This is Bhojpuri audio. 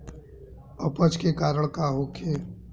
अपच के कारण का होखे?